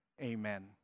Amen